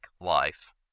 life